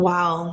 Wow